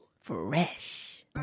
Fresh